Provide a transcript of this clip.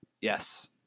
yes